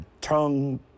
tongue